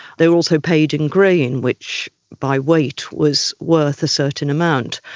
they were also paid in grain which by weight was worth a certain amount.